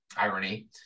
Irony